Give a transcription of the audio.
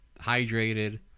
hydrated